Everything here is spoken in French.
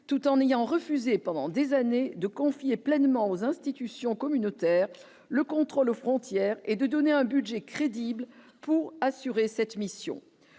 tout en ayant refusé pendant des années de conflit et pleinement aux institutions communautaires le contrôle aux frontières et de donner un budget crédible pour assurer cette mission,